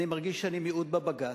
אני מרגיש שאני מיעוט בבג"ץ,